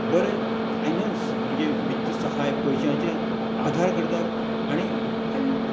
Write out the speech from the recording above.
बरें फायनेन्स म्हणजे वित्त सहाय पयशांच्या आधार करता आनी आज